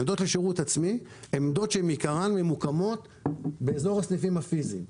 העמדות לשירות עצמי בעיקרן ממוקמות באזור הסניפים הפיזיים,